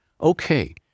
Okay